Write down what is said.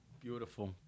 Beautiful